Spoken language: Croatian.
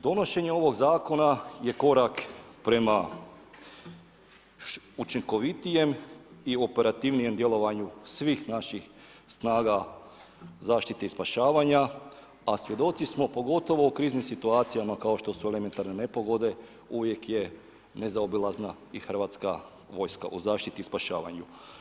Donošenje ovog zakona je korak prema učinkovitijem i operativnijem djelovanju svih naših snaga zaštite i spašavanja, a svjedoci smo pogotovo u kriznim situacijama kao što su elementarne nepogode uvijek je nezaobilazna i Hrvatska vojska u zaštiti i spašavanju.